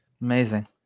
amazing